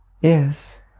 Yes